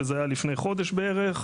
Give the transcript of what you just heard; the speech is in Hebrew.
שזה היה לפני חודש בער,